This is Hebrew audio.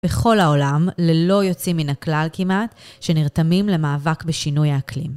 בכל העולם, ללא יוצאים מן הכלל כמעט, שנרתמים למאבק בשינוי האקלים.